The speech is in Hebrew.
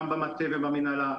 גם במטה ובמנהלה,